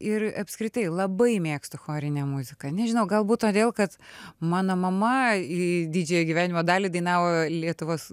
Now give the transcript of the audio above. ir apskritai labai mėgstu chorinę muziką nežinau galbūt todėl kad mano mama į didžiąją gyvenimo dalį dainavo lietuvos